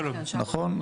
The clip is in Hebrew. נכון?